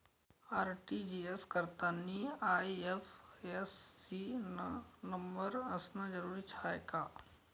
RTGS करतांनी IFSC न number असनं जरुरीच हाय का?